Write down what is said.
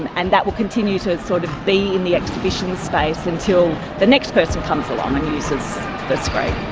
and and that will continue to and sort of be in the exhibition space until the next person comes along and uses the screen.